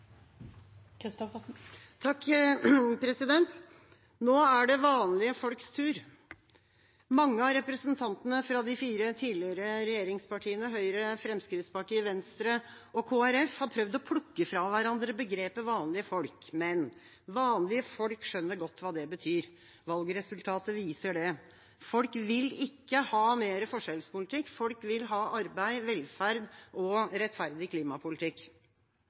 det vanlige folks tur. Mange av representantene fra de fire tidligere regjeringspartiene, Høyre, Fremskrittspartiet, Venstre og Kristelig Folkeparti, har prøvd å plukke fra hverandre begrepet «vanlige folk», men folk skjønner godt hva det betyr. Valgresultatet viser det. Folk vil ikke ha mer forskjellspolitikk; folk vil ha arbeid, velferd og rettferdig klimapolitikk.